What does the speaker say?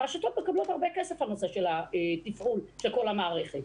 הרשתות מקבלות הרבה כסף על נושא של התפעול של כל המערכת.